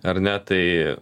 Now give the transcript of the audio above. ar ne tai